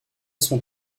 son